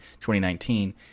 2019